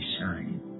shine